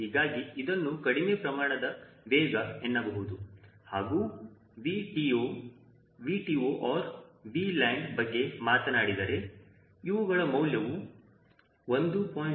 ಹೀಗಾಗಿ ಇದನ್ನು ಕಡಿಮೆ ಪ್ರಮಾಣದ ವೇಗ ಎನ್ನಬಹುದು ಹಾಗೂ 𝑉TO 𝑉TO or 𝑉land ಬಗ್ಗೆ ಮಾತನಾಡಿದರೆ ಇವುಗಳ ಮೌಲ್ಯವು 1